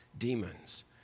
Demons